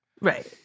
Right